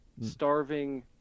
starving